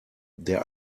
der